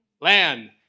land